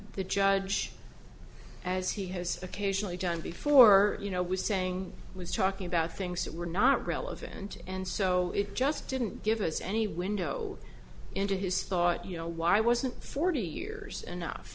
the judge as he has occasionally done before you know was saying was talking about things that were not relevant and so it just didn't give us any window into his thought you know why wasn't forty years